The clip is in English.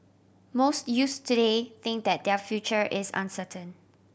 most youths today think that their future is uncertain